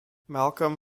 malcolm